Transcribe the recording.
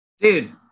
Dude